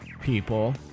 people